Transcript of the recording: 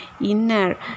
inner